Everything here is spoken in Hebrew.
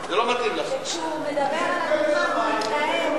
כשהוא מדבר על המדינה הוא מתלהם,